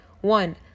one